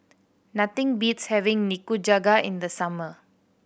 nothing beats having Nikujaga in the summer